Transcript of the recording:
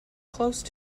close